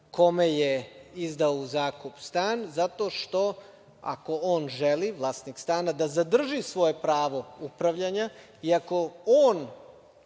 kome je izdao u zakup stan zato što, ako on želi, vlasnik stana, da zadrži svoje pravo upravljanja i ako on